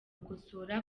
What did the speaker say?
gukosora